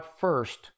first